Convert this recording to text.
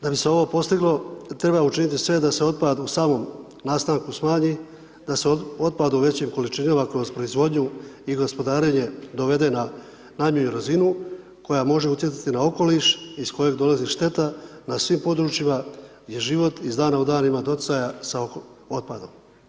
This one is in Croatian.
Da bi se ovo postiglo, treba učinit sve, da se otpad u samom nastanku smanji da se otpad u većim količinama kroz proizvodnju i gospodarenje dovede na najmanju razinu, koja može utjecati na okoliš iz kojeg dolazi šteta na svim područjima, gdje život iz dana u dan ima doticaja sa otpadom.